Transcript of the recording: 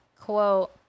quote